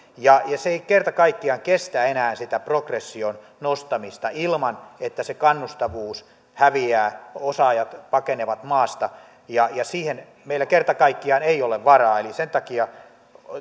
ja se ei kerta kaikkiaan enää kestä progression nostamista ilman että kannustavuus häviää osaajat pakenevat maasta ja siihen meillä kerta kaikkiaan ei ole varaa eli sen takia